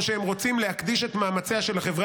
או שהם רוצים להקדיש את מאמציה של החברה